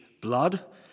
blood